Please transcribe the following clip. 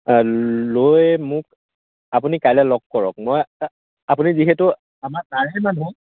লৈ মোক আপুনি কাইলৈ লগ কৰক মই আপুনি যিহেতু আমাৰ তাৰে মানুহ